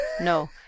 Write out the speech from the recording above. No